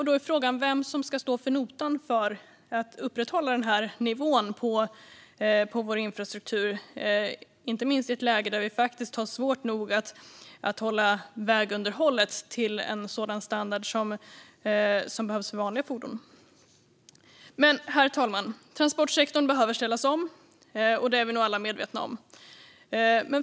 Då är frågan vem som ska stå för notan för att upprätthålla denna nivå på vår infrastruktur, inte minst i ett läge då vi faktiskt har svårt nog att hålla en sådan standard på vägunderhållet som behövs för vanliga fordon. Herr talman! Att transportsektorn behöver ställas om är vi nog alla medvetna om.